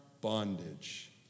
bondage